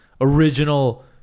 original